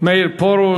מאיר פרוש.